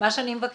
מה שאני מבקשת,